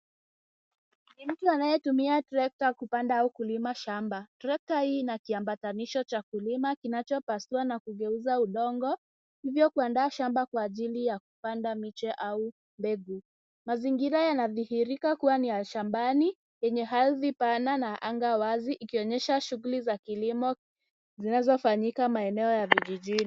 Ni mtu anayetumia trekta kupanda au kulima shamba. Trekta hii inakiambatanisho cha kulima kinacho pasua na kugeuza udongo hivyo kuandaa shamba kwa ajili ya kupanda miche au mbegu. Mazingira yanadhihirika kuwa ni ya shambani yenye ardhi pana na anga wazi ikionyesha shughuli za kilimo zinazofanyika maeneo ya vijijini.